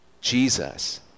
Jesus